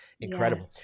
incredible